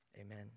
Amen